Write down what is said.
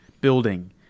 building